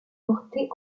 portés